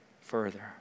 further